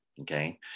Okay